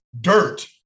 dirt